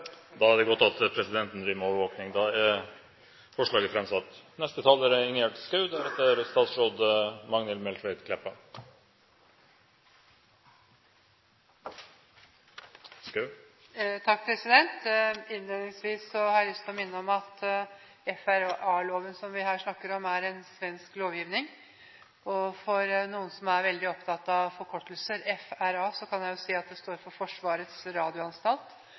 Da er det godt at presidenten driver med overvåkning! Og da er forslaget framsatt. Innledningsvis har jeg lyst til å minne om at FRA-loven som vi her snakker om, er en svensk lovgivning, og til dem som er veldig opptatt av forkortelser, kan jeg si at FRA står for Försvarets radioanstalt,